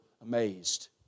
amazed